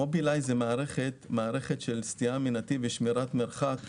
מוביליי זה מערכת של סטייה מנתיב ושמירת מרחק.